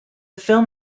film